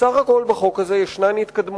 בסך הכול בחוק הזה יש התקדמויות,